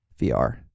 VR